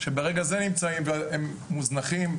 שברגע זה נמצאים והם מוזנחים,